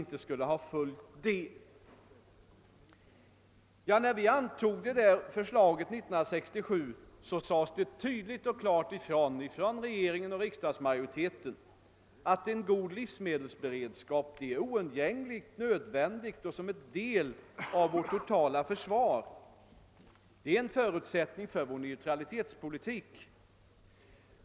När riksdagen fattade det beslutet, framhölls det klart och tydligt från regeringen och riksdagsmajoriteten att det är nödvändigt med en god livsmedelsberedskap; den är ett led i landets totala försvar och en förutsättning för vår neutralitetspolitik.